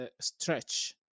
stretch